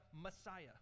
Messiah